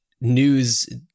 news